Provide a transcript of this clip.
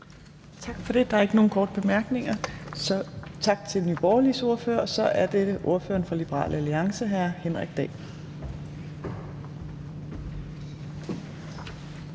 Tak for det. Der er ikke nogen korte bemærkninger, så tak til Nye Borgerliges ordfører. Så er det ordføreren for Liberal Alliance, hr. Henrik Dahl.